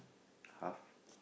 half